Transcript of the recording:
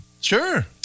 Sure